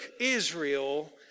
Israel